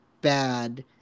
bad